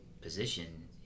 position